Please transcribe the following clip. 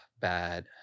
bad